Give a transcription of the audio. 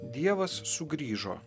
dievas sugrįžo